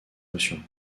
notions